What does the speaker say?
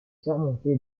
surmontée